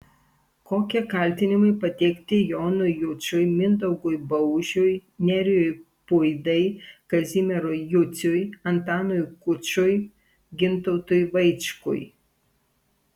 kokie kaltinimai pateikti jonui jučui mindaugui baužiui nerijui puidai kazimierui juciui antanui kučui gintautui vaičkui